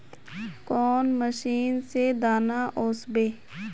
कौन मशीन से दाना ओसबे?